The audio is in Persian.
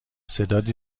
صدات